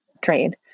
trade